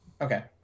okay